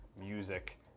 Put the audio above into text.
music